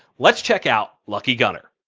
let's check out, lucky gunner.